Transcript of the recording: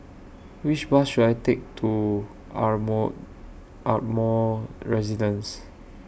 Which Bus should I Take to Ardmore Ardmore Residence